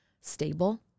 stable